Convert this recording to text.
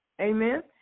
amen